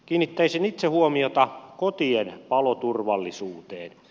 kiinnittäisin itse huomiota kotien paloturvallisuuteen